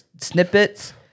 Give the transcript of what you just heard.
snippets